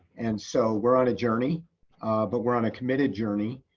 and so we're on a journey but we're on a committed journey.